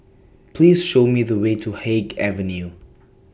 Please Show Me The Way to Haig Avenue